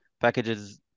packages